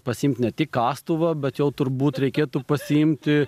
pasiimt ne tik kastuvą bet jau turbūt reikėtų pasiimti